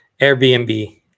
Airbnb